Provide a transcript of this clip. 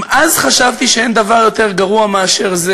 אם אז חשבתי שאין דבר יותר גרוע מזה,